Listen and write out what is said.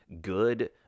good